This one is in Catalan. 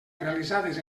realitzades